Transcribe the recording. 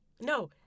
No